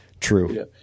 True